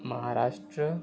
Maharashtra